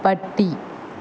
പട്ടി